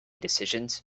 decisions